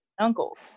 uncles